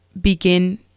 begin